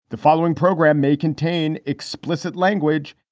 the following program may contain explicit language